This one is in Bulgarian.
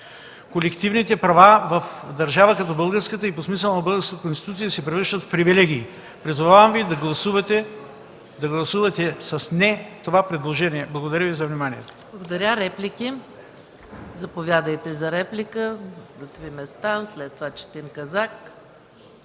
Колективните права в държава като българската и по смисъла на българската Конституция се превръщат в привилегии. Призовавам Ви да гласувате за това предложение с „не”. Благодаря Ви за вниманието.